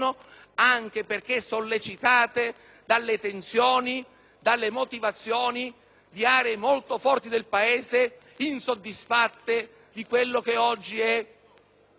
dalle motivazioni di aree molto forti del Paese, insoddisfatte di quella che oggi è la capacità del Governo centrale e della sua burocrazia.